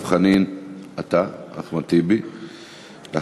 שיעורי הגבייה דווקא